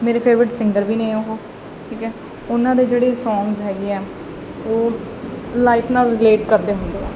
ਮੇਰੇ favourite singer ਵੀ ਨੇ ਉਹ ਠੀਕ ਹੈ ਉਹਨਾਂ ਦੇ ਜਿਹੜੇ ਸੌਂਗ ਹੈਗੇ ਆ ਉਹ ਲਾਈਫ ਨਾਲ ਰਿਲੇਟ ਕਰਦੇ ਹੁੰਦੇ ਆ